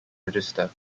register